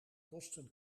kosten